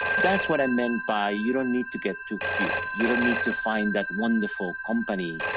that's what i meant by, you don't need to get too cute, you don't need to find that wonderful company